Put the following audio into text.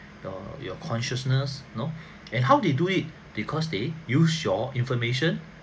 your your consciousness you know then how they do it because they use your information